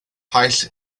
paill